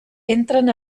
entren